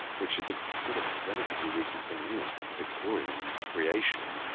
which is a sort of relatively recent thing anyway, it's like a victorian creation.